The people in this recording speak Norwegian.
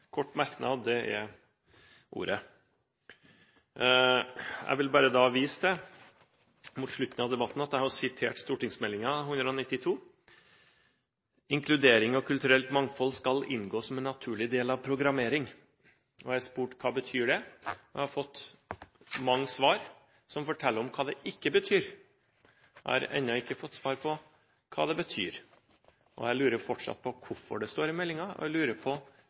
Kort merknad, det er ordet. Jeg vil bare vise til mot slutten av debatten at jeg har sitert stortingsmeldingen side 192: «Inkludering og kulturelt mangfold skal inngå som en naturlig del av programmering.» Jeg spurte: «Hva betyr det?» Jeg har fått mange svar som forteller hva det ikke betyr, men jeg har ennå ikke fått svar på hva det betyr. Jeg lurer fortsatt på hvorfor det står i meldingen, og jeg lurer på